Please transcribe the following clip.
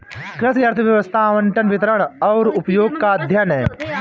कृषि अर्थशास्त्र आवंटन, वितरण और उपयोग का अध्ययन है